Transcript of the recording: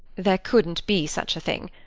there couldn't be such a thing.